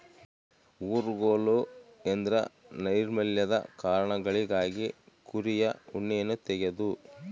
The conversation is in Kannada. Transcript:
ಊರುಗೋಲು ಎಂದ್ರ ನೈರ್ಮಲ್ಯದ ಕಾರಣಗಳಿಗಾಗಿ ಕುರಿಯ ಉಣ್ಣೆಯನ್ನ ತೆಗೆದು